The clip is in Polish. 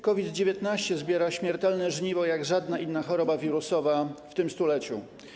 COVID-19 zbiera śmiertelne żniwo jak żadna inna choroba wirusowa w tym stuleciu.